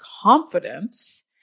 confidence